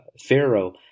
Pharaoh